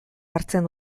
hartzen